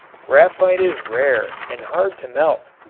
graphite is rare and hard to melt.